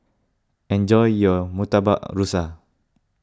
enjoy your Murtabak Rusa